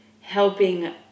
helping